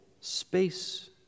space